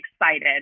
excited